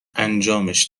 انجامش